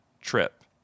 trip